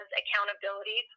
accountability